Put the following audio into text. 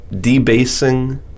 debasing